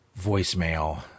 voicemail